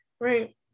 Right